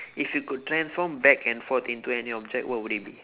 if you could transform back and forth into any object what would it be